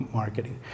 marketing